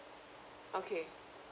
okay